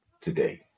today